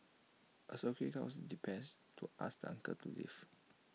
A security guard was dispatched to ask the uncle to leave